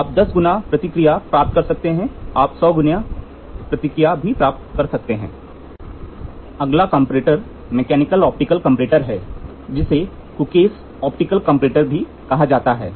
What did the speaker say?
आप 10 गुना प्रतिक्रिया प्राप्त कर सकते हैं आप 100 गुना भी प्रतिक्रिया प्राप्त कर सकते हैं अगला कंपैरेटर मैकेनिकल ऑप्टिकल कंपैरेटरहै जिसे कुकके optical comparator Cooke's Optical Comparator भी कहा जाता है